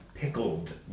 Pickled